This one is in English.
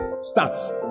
Starts